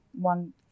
one